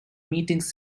meetings